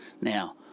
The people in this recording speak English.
Now